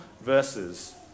verses